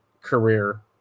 career